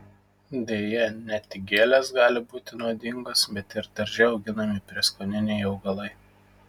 deja ne tik gėlės gali būti nuodingos bet ir darže auginami prieskoniniai augalai